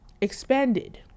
expanded